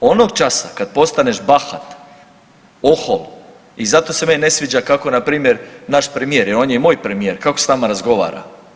Onog časa kad postaneš bahat, ohol i zato se meni ne sviđa kako npr. naš premijer jer on je i moj premijer kako s nama razgovara.